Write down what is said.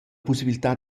pussibiltà